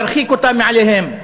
להרחיק אותה מעליהם.